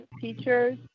teachers